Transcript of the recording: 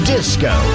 Disco